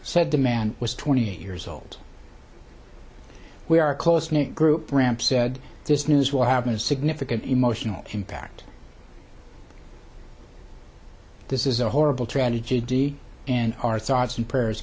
the man was twenty eight years old we are close knit group ramp said this news will have a significant emotional impact this is a horrible tragedy and our thoughts and prayers